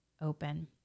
open